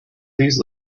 please